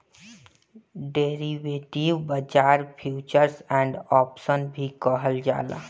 derivative बाजार futures and option भी कहल जाला